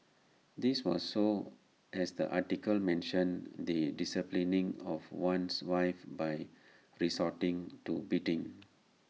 this was so as the article mentioned the disciplining of one's wife by resorting to beating